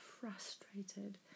frustrated